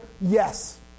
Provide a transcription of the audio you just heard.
Yes